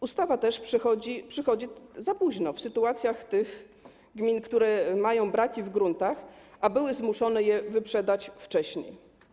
Ustawa też przychodzi za późno w sytuacjach tych gmin, które mają braki w gruntach, a były zmuszone je wyprzedać wcześniej.